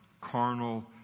carnal